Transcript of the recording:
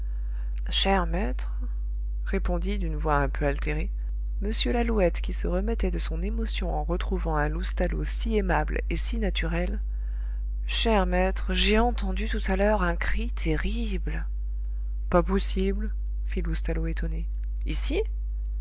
cher maître répondit d'une voix un peu altérée m lalouette qui se remettait de son émotion en retrouvant un loustalot si aimable et si naturel cher maître j'ai entendu tout à l'heure un cri terrible pas possible fit loustalot étonné ici